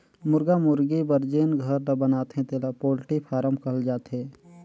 मुरगा मुरगी बर जेन घर ल बनाथे तेला पोल्टी फारम कहल जाथे